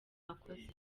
akoze